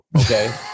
okay